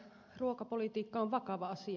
ruokapolitiikka on vakava asia